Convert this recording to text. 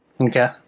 Okay